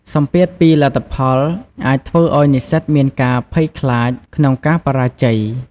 សម្ពាធពីលទ្ធផលអាចធ្វើឱ្យនិស្សិតមានការភ័យខ្លាចក្នុងការបរាជ័យ។